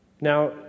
Now